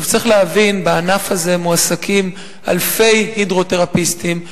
צריך להבין שבענף הזה מועסקים אלפי הידרותרפיסטים.